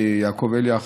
ויעקב אליאך,